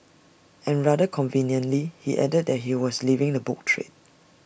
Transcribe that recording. and rather conveniently he added that he was leaving the book trade